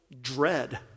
dread